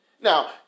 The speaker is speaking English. Now